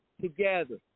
together